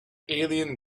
alien